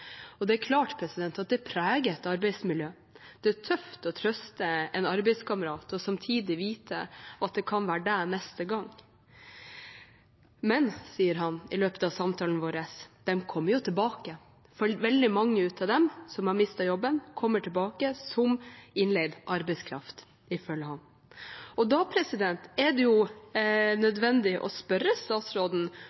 Det er klart at det preget arbeidsmiljøet. Det er tøft å trøste en arbeidskamerat og samtidig vite at det kan være deg neste gang. Men, sier han i løpet av samtalen vår, de kommer jo tilbake, for veldig mange av dem som har mistet jobben, kommer tilbake som innleid arbeidskraft, ifølge ham. Da er det